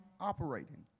operating